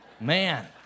Man